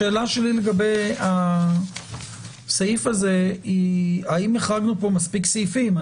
השאלה שלי לגבי הסעיף הזה היא האם החרגנו פה מספיק סעיפים?